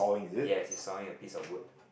yes he's sawing a piece of wood